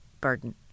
burden